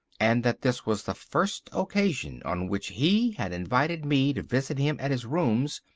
and that this was the first occasion on which he had invited me to visit him at his rooms,